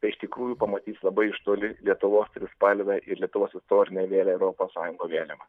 tai iš tikrųjų pamatys labai iš toli lietuvos trispalvę ir lietuvos istorinę vėliavą europos sąjungo vėliavą